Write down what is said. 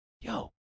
yo